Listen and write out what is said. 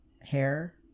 hair